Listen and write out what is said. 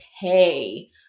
pay